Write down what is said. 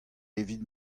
evit